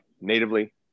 natively